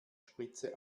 spritze